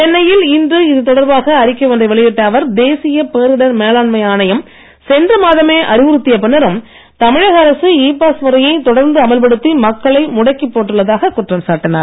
சென்னையில் இன்று இது தொடர்பாக அறிக்கை ஒன்றை வெளியிட்ட அவர் தேசிய பேரிடர் மேலாண்மை ஆணையம் சென்ற மாதமே அறிவுறுத்திய பின்னரும் தமிழக அரசு இ பாஸ் முறையை தொடர்ந்து அமல்படுத்தி மக்களை முடக்கிப் போட்டுள்ளதாகக் குற்றம் சாட்டினார்